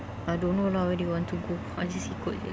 I don't know lah where they want to go I just ikut jer